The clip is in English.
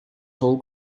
tall